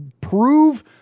prove